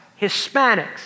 Hispanics